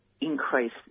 increase